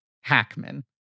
Hackman